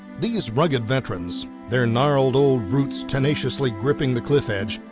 these rugged veterans, their gnarled old roots tenaciously gripping the cliff edge,